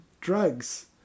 drugs